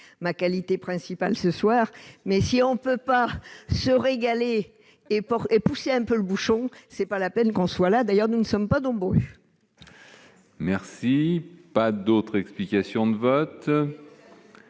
ma qualité principale, ce soir, mais si on peut pas se régaler et port et pousser un peu le bouchon, c'est pas la peine qu'on soit là d'ailleurs, nous ne sommes pas oui. Merci, pas d'autres explications de vote.